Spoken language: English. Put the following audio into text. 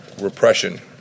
repression